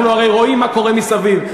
אנחנו הרי רואים מה קורה מסביב.